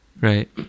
right